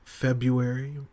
February